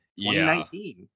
2019